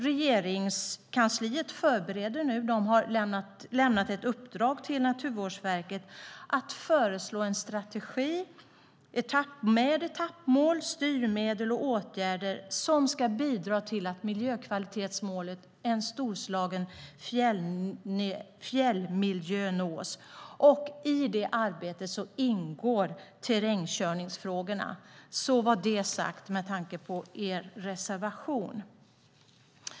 Regeringskansliet har lämnat ett uppdrag till Naturvårdsverket att föreslå en strategi med etappmål, styrmedel och åtgärder som ska bidra till att miljökvalitetsmålet om en storslagen fjällmiljö nås. I detta arbete ingår terrängkörningsfrågorna. Därmed var det sagt med tanke på er reservation.